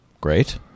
Great